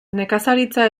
nekazaritza